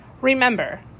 Remember